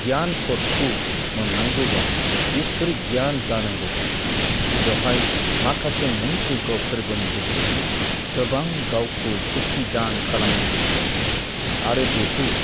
गियान थथखौ मोननांगौब्ला इसोरि गियान जानांगौब्ला बेवहाय माखासे मुंथ्रिग्य' फोरबोनि गेजेरजों गोबां गावखौ भक्ति दान खालामनांगौ जायो आरो बेखौ